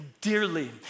dearly